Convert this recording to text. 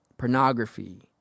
pornography